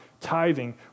tithing